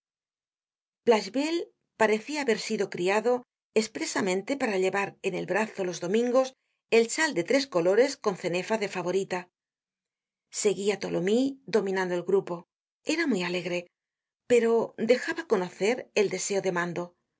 parecía haber sido criado espresamehte para llevar en el brazo los domingos el chai de tres colores con cenefa de favorita seguia thólomyes dominando el grupo era muy alegre pero de content from google book search generated at jaba conocer el deseo de mando